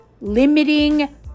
limiting